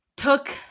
Took